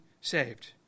saved